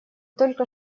только